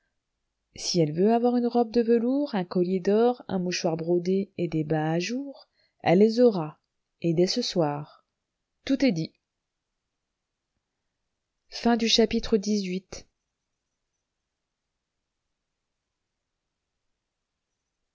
si elle veut avoir une robe de velours un collier d'or un mouchoir brodé et des bas à jour elle les aura et dès ce soir tout était dit xix